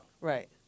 Right